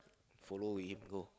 follow him go